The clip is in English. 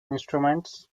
instruments